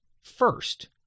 First